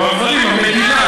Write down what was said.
לא הגברים, המדינה.